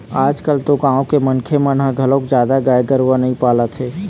आजकाल तो गाँव के मनखे मन ह घलोक जादा गाय गरूवा नइ पालत हे